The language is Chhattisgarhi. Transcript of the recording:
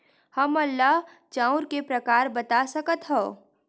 हमन ला चांउर के प्रकार बता सकत हव?